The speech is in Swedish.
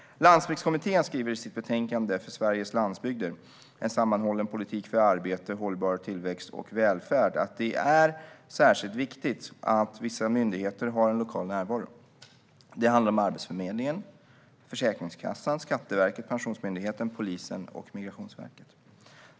Landsbygdskommittén skriver i sitt betänkande För Sveriges lands bygder - en sammanhållen politik för arbete, hållbar tillväxt och välfärd att det är särskilt viktigt att vissa myndigheter har en lokal närvaro. Det handlar om Arbetsförmedlingen, Försäkringskassan, Skatteverket, Pensionsmyndigheten, polisen och Migrationsverket.